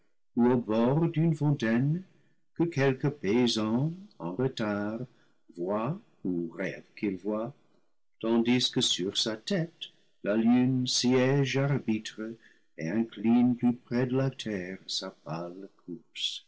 d'une fontaine que quelque paysan en retard voit ou rêve qu'il voit tandis que sur sa tête la lune siège arbitre et incline plus près de la terre sa pâle